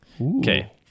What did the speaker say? Okay